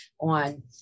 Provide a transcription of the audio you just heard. on